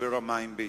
משבר המים בישראל,